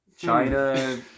China